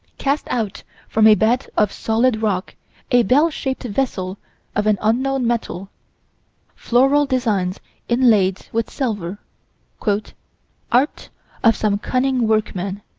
cast out from a bed of solid rock a bell-shaped vessel of an unknown metal floral designs inlaid with silver art of some cunning workman.